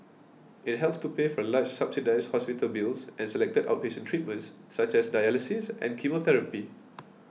it helps to pay for large subsidised hospital bills and selected outpatient treatments such as dialysis and chemotherapy